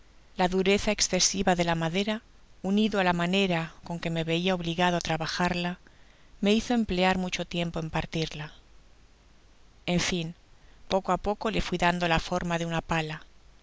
la dureza escesiva de la madera unido á la manera con que me veia obligado á trabajarla me hizo em r plear mucho tiempo en partirla en fin poco á poco le fui dando la forma de una pala